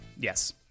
yes